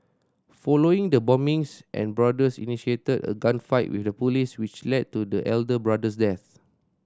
following the bombings and brothers initiated a gunfight with the police which led to the elder brother's death